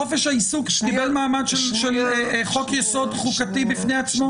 חופש העיסוק קיבל מעמד של חוק יסוד: חוקתי בפני עצמו.